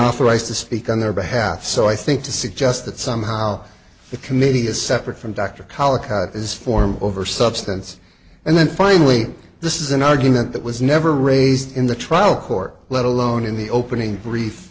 authorized to speak on their behalf so i think to suggest that somehow the committee is separate from dr colloquy is form over substance and then finally this is an argument that was never raised in the trial court let alone in the opening brief